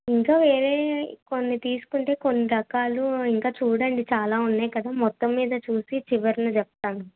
ఇంకా వేరేవి కొన్ని తీసుకుంటే కొన్ని రకాలు ఇంకా చూడండి చాలా ఉన్నాయి కదా మొత్తం మీద చూసి చివర్న చెబుతాను